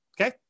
Okay